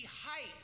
height